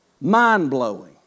Mind-blowing